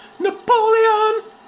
Napoleon